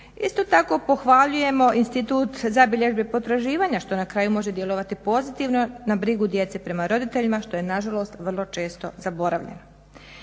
Isto tako pohvaljujemo institut zabilježbe potraživanja što na kraju može djelovati pozitivno na brigu djece prema roditeljima što je nažalost vrlo često zaboravljeno.